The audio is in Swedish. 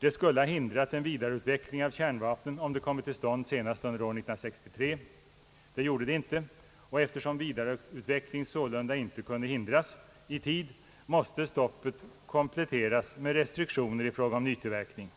Det skulle ha hindrat en vidareutveckling av kärnvapen, om det hade kommit till stånd senast under år 1963. Så skedde dock inte, och eftersom vidareutvecklingen sålunda inte kunde hindras i tid, måste stoppet kompletteras med restriktioner i fråga om nytillverkning.